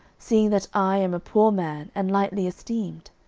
seeing that i am a poor man, and lightly esteemed?